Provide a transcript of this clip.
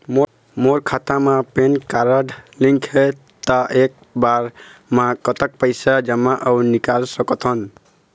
मोर खाता मा PAN card link हे ता एक बार मा कतक पैसा जमा अऊ निकाल सकथन?